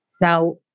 Now